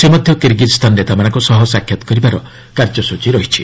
ସେ ମଧ୍ୟ କିର୍ଗିଜ୍ସ୍ତାନ ନେତାମାନଙ୍କ ସହ ସାକ୍ଷାତ କରିବାର କାର୍ଯ୍ୟସ୍ଚୀ ରହିଛି